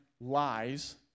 lies